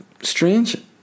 strange